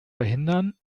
verhindern